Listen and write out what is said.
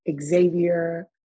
Xavier